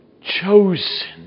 chosen